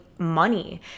Money